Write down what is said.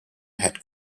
head